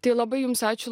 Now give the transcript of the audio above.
tai labai jums ačiū